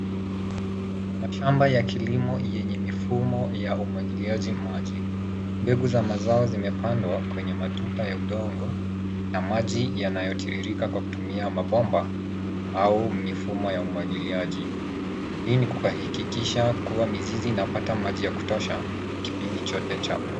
Mashamba ya kilimo yenye mifumo ya umwagiliaji maji. Mbegu za mazao zimepandwa kwenye matuta ya udongo na maji yanayotiririka kwa kutumia mabomba au mifumo ya umwagiliaji. Hii ni kuhakikisha kuwa mizizi inapata maji ya kutosha kwa kipindi chote cha ukuaji.